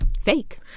fake